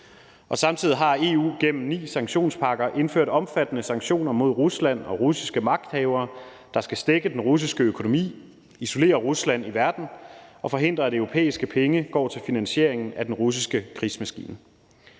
Samtidig har EU gennem ni sanktionspakker indført omfattende sanktioner mod Rusland og russiske magthavere, der skal stække den russiske økonomi, isolere Rusland i verden og forhindre, at europæiske penge går til finansieringen af den russiske krigsmaskine.